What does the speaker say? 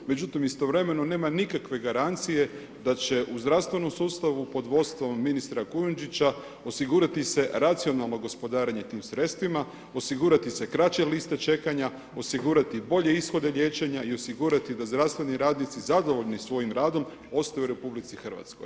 Međutim, istovremeno nema nikakve garancije, da će u zdravstvenom sustavu, pod vodstvom ministra Kujundžića, osigurati se racionalno gospodarenje tim sredstvima osigurati se kraće liste čekanja, osigurati bolje ishode liječenje i osigurati da zdravstveni radnici zadovoljni svojim radom ostaju u RH.